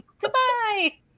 goodbye